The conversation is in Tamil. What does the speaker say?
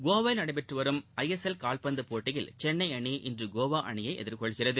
கோவாவில் நடைபெற்று வரும் ஐ எஸ் எல் கால்பந்துப் போட்டியில் சென்னை அணி இன்று கோவா அணியை எதிர்கொள்கிறது